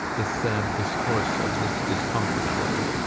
the sad discourse of this discomfiture.